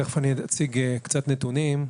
תכף אני אציג קצת נתונים.